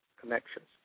connections